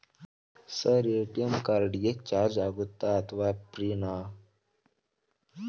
Sir ATM card ಗೆ charge ಆಗುತ್ತಾ ಅಥವಾ ಫ್ರೇ ನಾ?